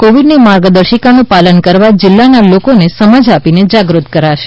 કોવિડની માર્ગદર્શિકાનું પાલન કરવા જીલ્લાના લોકોને સમજ આપીને જાગૃત કરશે